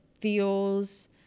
feels